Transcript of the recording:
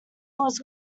was